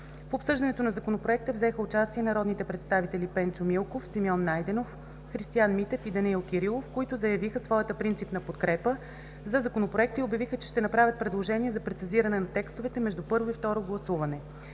В обсъждането на Законопроекта взеха участие народните представители Пенчо Милков, Симеон Найденов, Христиан Митев и Данаил Кирилов, които заявиха своята принципна подкрепа за Законопроекта и обявиха, че ще направят предложения за прецизиране на текстовете между първо и второ гласуване.